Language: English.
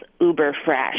uber-fresh